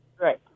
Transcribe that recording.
Right